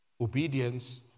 Obedience